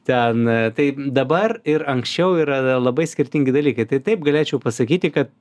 ten tai dabar ir anksčiau yra labai skirtingi dalykai tai taip galėčiau pasakyti kad